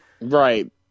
Right